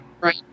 Right